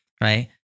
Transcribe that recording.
right